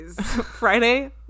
friday